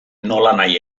nolanahi